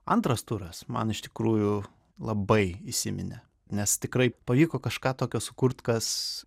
antras turas man iš tikrųjų labai įsiminė nes tikrai pavyko kažką tokio sukurt kas